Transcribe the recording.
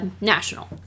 national